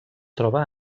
troba